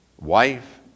wife